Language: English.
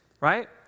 right